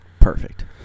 Perfect